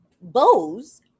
bows